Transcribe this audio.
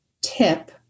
tip